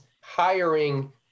hiring